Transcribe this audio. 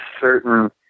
certain